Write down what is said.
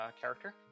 character